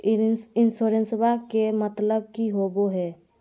इंसोरेंसेबा के मतलब की होवे है?